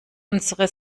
unsere